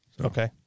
Okay